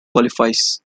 qualifies